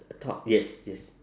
top yes yes